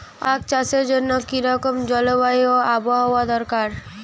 আখ চাষের জন্য কি রকম জলবায়ু ও আবহাওয়া দরকার?